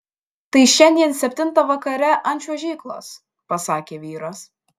tai šiandien septintą vakare ant čiuožyklos pasakė vyras